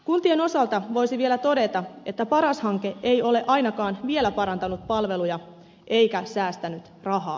kuntien osalta voisi vielä todeta että paras hanke ei ole ainakaan vielä parantanut palveluja eikä säästänyt rahaa